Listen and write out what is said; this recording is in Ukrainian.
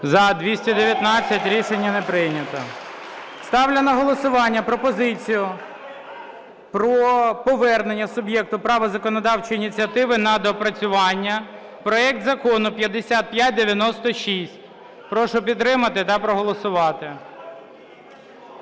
За-219 Рішення не прийнято. Ставлю на голосування пропозицію про повернення суб'єкту права законодавчої ініціативи на доопрацювання проект Закону 5596. Прошу підтримати та проголосувати.